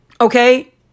okay